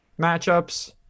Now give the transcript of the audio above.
matchups